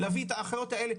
להביא את האחיות האלה,